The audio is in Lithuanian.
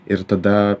ir tada